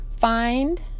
find